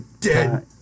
dead